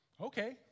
Okay